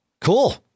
Cool